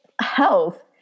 health